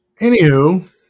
Anywho